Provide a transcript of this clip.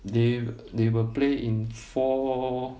they they will play in four